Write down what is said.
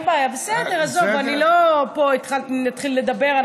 נאחל לך בהצלחה, כי לא הספקתי לאחל לך בהצלחה.